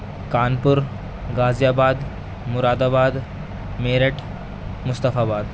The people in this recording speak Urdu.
کانپور غازی آباد مراد آباد میرٹھ مصطفیٰ باد